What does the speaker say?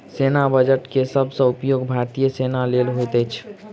सेना बजट के सब सॅ उपयोग भारतीय सेना लेल होइत अछि